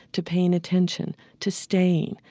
to paying attention, to staying,